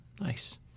Nice